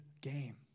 game